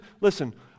listen